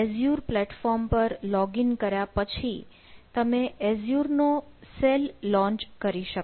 Azure platform પર login કર્યા પછી તમે એઝ્યુર નો સેલ લોન્ચ કરી શકો